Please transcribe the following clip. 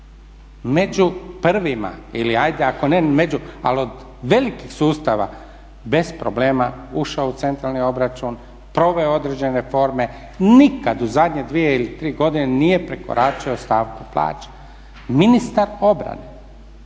među ali od velikih sustava bez problema ušao u centralni obračun, proveo određene forme, nikad u zadnje 2 ili 3 godine nije prekoračio stavku plaća. Ministar obrane.